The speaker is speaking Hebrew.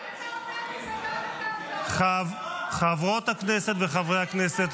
------ אתה אומר --- חברות הכנסת וחברי הכנסת,